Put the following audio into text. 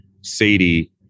Sadie